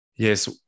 Yes